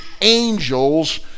angels